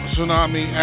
Tsunami